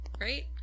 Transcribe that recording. right